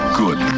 good